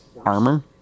armor